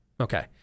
Okay